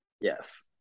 Yes